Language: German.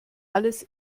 alles